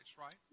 Right